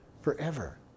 Forever